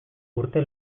urte